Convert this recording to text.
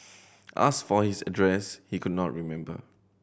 asked for his address he could not remember